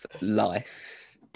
life